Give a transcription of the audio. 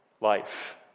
life